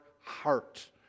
heart